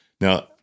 now